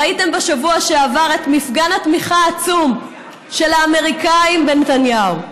ראיתם בשבוע שעבר את מפגן התמיכה העצום של האמריקנים בנתניהו.